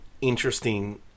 interesting